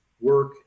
work